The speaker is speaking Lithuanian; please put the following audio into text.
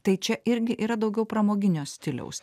tai čia irgi yra daugiau pramoginio stiliaus